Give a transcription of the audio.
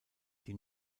die